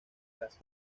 casa